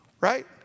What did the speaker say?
right